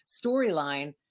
storyline